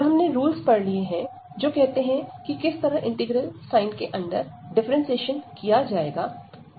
अब हमने रूल्स पढ़ लिए हैं जो कहते हैं कि किस तरह इंटीग्रल साइन के अंदर डिफ्रेंशियशन किया जाएगा